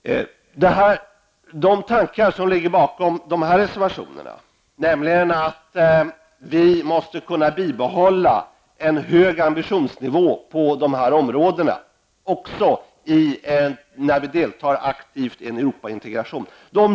Ett av syftena med våra reservationer är att vårt land måste bibehålla en hög ambitionsnivå på dessa områden, också när det aktivt skall delta i en Europaintegration.